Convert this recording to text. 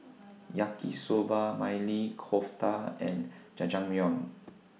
Yaki Soba Maili Kofta and Jajangmyeon